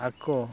ᱟᱠᱚ